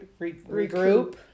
Regroup